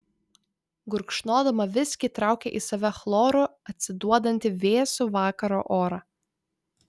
gurkšnodama viskį traukė į save chloru atsiduodantį vėsų vakaro orą